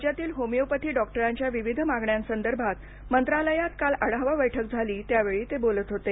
राज्यातील होमीओपॅथी डॉक्टरांच्या विविध मागण्यांसंदर्भात मंत्रालयात काल आढावा बैठक झाली त्यावेळी ते बोलत होते